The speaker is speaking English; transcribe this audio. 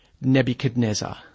Nebuchadnezzar